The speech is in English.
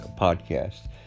podcast